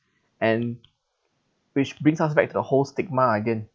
and which brings us back to the whole stigma again